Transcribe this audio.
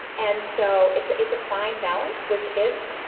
and so it's it's a fine balance with kids.